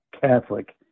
Catholic